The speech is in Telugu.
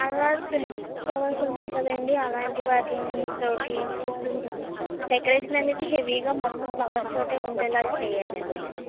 అలా తులిప్స్ ఫ్లవర్స్ ఉంటాయి కదండి అలాంటి వాటి తోటి కొంచెం డెకరేషన్ అనేది హేవీ గా మొత్తం ఫ్లవర్స్ తోటే ఉండేలా చెయ్యాలి అండి